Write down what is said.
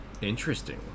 Interesting